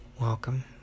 Welcome